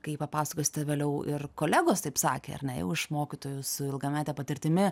kai papasakos vėliau ir kolegos taip sakė ar ne už mokytojus su ilgamete patirtimi